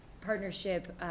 partnership